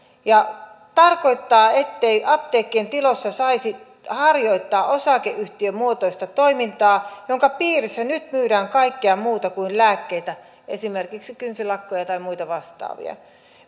ja tarkoittaa ettei apteekkien tiloissa saisi harjoittaa osakeyhtiömuotoista toimintaa jonka piirissä nyt myydään kaikkea muuta kuin lääkkeitä esimerkiksi kynsilakkoja tai muita vastaavia